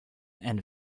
and